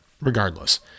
regardless